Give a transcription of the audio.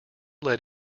led